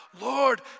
Lord